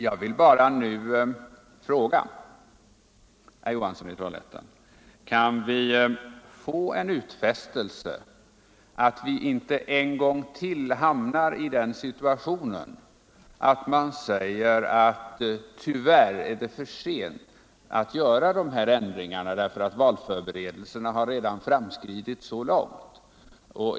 Jag vill nu bara fråga herr Johansson i Trollhättan: Kan vi få en utfästelse om att vi inte ännu en gång hamnar i den situationen att man säger att det tyvärr är för sent att göra dessa ändringar, därför att valförberedelserna redan har framskridit så långt.